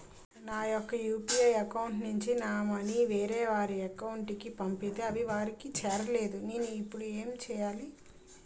నా యెక్క UPI account నుంచి నా మనీ వేరే వారి అకౌంట్ కు పంపితే అవి వారికి చేరలేదు నేను ఇప్పుడు ఎమ్ చేయాలి?